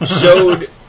showed